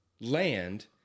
land